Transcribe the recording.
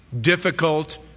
difficult